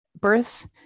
births